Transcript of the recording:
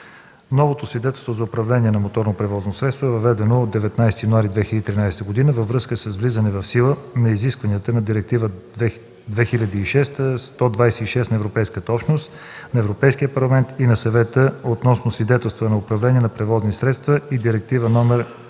Новото свидетелство за управление на моторно превозно средство е въведено от 19 януари 2013 г. във връзка с влизане в сила на изискванията на Директива 2006/126/ЕО на Европейския парламент и на Съвета относно свидетелства за управление на превозни средства и Директива